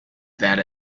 that